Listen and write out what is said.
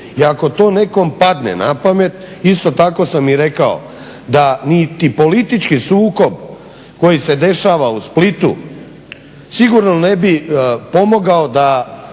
I ako to nekom padne na pamet, isto tako sam i rekao da niti politički sukob koji se dešava u Splitu sigurno ne bi pomogao da